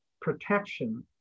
protection